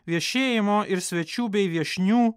viešėjimo ir svečių bei viešnių